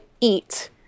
eat